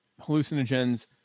hallucinogens